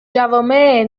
جوامع